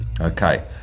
Okay